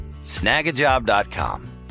Snagajob.com